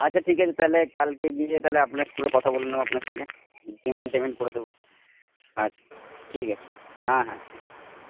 আচ্ছা ঠিক আছে তাহলে কালকে গিয়ে তাহলে আপনার স্কুলে কথা বলে নেব আপনার সঙ্গে পেমেন্ট টেমেন্ট করে দেবো আচ্ছা ঠিক আছে হ্যাঁ হ্যাঁ ঠিক